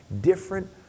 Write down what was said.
different